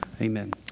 amen